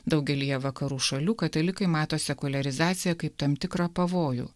daugelyje vakarų šalių katalikai mato sekuliarizaciją kaip tam tikrą pavojų